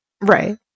Right